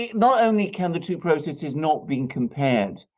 not only can the two processes not be compared,